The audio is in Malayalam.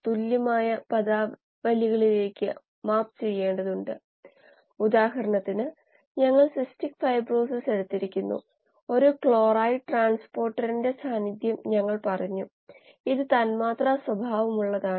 കഴിഞ്ഞ തവണ ഞാൻ ഇത് തിരിച്ചു പറഞ്ഞു എന്നു തോന്നുന്നു